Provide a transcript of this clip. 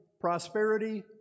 prosperity